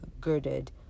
girded